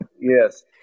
yes